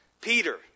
Peter